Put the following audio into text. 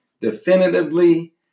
definitively